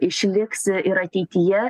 išliks ir ateityje